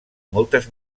moltes